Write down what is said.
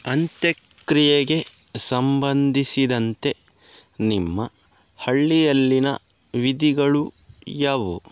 ಅಂತ್ಯಕ್ರಿಯೆಗೆ ಸಂಬಂಧಿಸಿದಂತೆ ನಿಮ್ಮ ಹಳ್ಳಿಯಲ್ಲಿನ ವಿಧಿಗಳು ಯಾವುವು